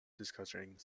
discussing